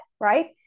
right